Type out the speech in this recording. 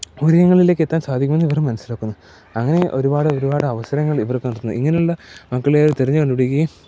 ഉയരങ്ങളിലേക്കെത്താൻ സാധിക്കുമെന്ന് ഇവർ മനസ്സിലാക്കുന്നു അങ്ങനെ ഒരുപാടൊരുപാട് അവസരങ്ങൾ ഇവർ നടത്തുന്നു ഇങ്ങനെ ഉള്ള മക്കളെ തിരഞ്ഞ് കണ്ടു പിടിക്കുകയും